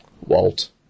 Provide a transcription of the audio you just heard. Walt